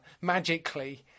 magically